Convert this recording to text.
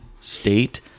state